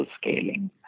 scaling